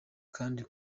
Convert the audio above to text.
kandi